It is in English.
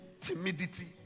timidity